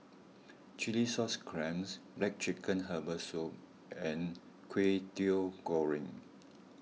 Chilli Sauce Clams Black Chicken Herbal Soup and Kway Teow Goreng